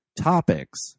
topics